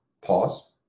Pause